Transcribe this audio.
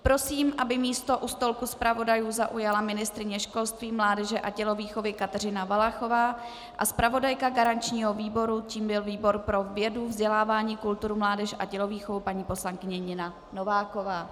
Prosím, aby místo u stolku zpravodajů zaujala ministryně školství, mládeže a tělovýchovy Kateřina Valachová a zpravodajka garančního výboru, tím byl výbor pro vědu, vzdělávání, kulturu, mládež a tělovýchovu, paní poslankyně Nina Nováková.